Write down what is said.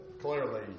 Clearly